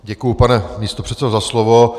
Děkuji, pane místopředsedo, za slovo.